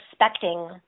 expecting